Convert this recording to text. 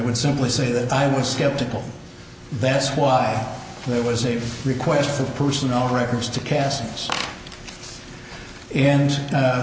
would simply say that i was skeptical that's why there was a request for personnel records to cast and